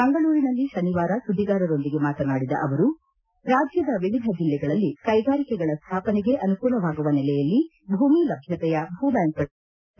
ಮಂಗಳೂರಿನಲ್ಲಿ ಶನಿವಾರ ಸುದ್ದಿಗಾರರೊಂದಿಗೆ ಮಾತನಾಡಿದ ಅವರು ರಾಜ್ಯದ ವಿವಿಧ ಜಿಲ್ಲೆಗಳಲ್ಲಿ ಕೈಗಾರಿಕೆಗಳ ಸ್ಥಾಪನೆಗೆ ಅನುಕೂಲವಾಗುವ ನೆಲೆಯಲ್ಲಿ ಭೂಮಿ ಲಭ್ದತೆಯ ಭೂಬ್ದಾಂಕ್ಗಳ ರಚನೆಯಾಗಿದೆ